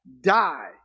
die